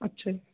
ਅੱਛਾ ਜੀ